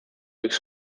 üks